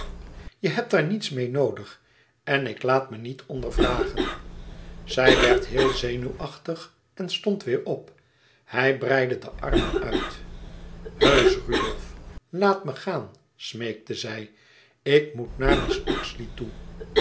je hebt daar niets meê noodig en ik laat me niet ondervragen zij werd heel zenuwachtig en stond weêr op hij breidde de armen uit heusch rudolf laat me gaan smeekte zij ik moet naar mrs uxeley toe